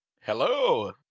Hello